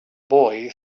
boy